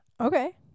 Okay